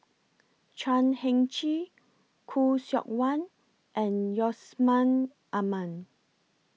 Chan Heng Chee Khoo Seok Wan and Yusman Aman